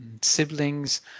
siblings